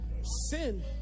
sin